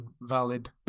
valid